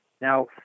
Now